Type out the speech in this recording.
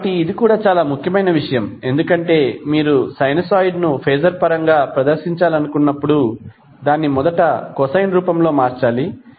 కాబట్టి ఇది కూడా చాలా ముఖ్యమైన విషయం ఎందుకంటే మీరు సైనొసోయిడ్ను ఫేజర్ పరంగా ప్రదర్శించాలనుకున్నప్పుడు దాన్ని మొదట కొసైన్ రూపంలో మార్చాలి